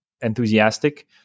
enthusiastic